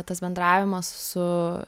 tas bendravimas su